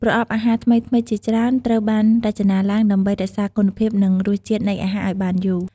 ប្រអប់អាហារថ្មីៗជាច្រើនត្រូវបានរចនាឡើងដើម្បីរក្សាគុណភាព និងរសជាតិនៃអាហារឲ្យបានយូរ។